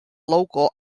local